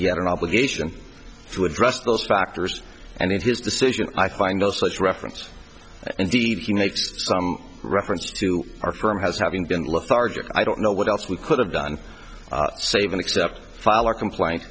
he had an obligation to address those factors and in his decision i find no such reference indeed he makes some reference to our firm has having been look farge i don't know what else we could have done saving except file a complaint